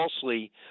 falsely